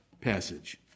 passage